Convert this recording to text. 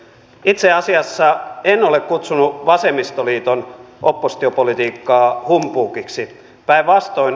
itse asiassa en ole kutsunut vasemmistoliiton oppositiopolitiikkaa humpuukiksi päinvastoin